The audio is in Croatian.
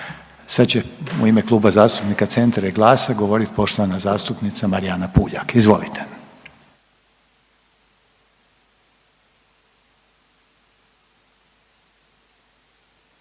Sad će u ime Kluba zastupnika Centra i GLAS-a govorit poštovana zastupnica Marijana Puljak, izvolite.